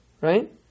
right